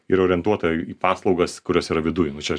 ir orientuota į paslaugas kurios yra viduj nu čia